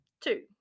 two